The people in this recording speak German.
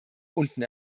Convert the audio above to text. unten